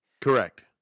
Correct